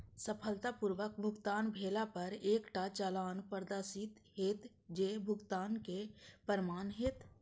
सफलतापूर्वक भुगतान भेला पर एकटा चालान प्रदर्शित हैत, जे भुगतानक प्रमाण हैत